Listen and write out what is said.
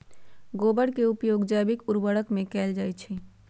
गोबर के उपयोग जैविक उर्वरक में कैएल जाई छई